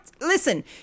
listen